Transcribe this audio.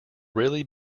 really